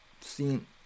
seen